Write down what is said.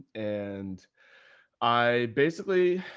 and i basically.